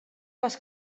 les